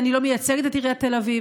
אני לא מייצגת את עיריית תל אביב,